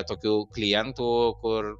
tokių klientų kur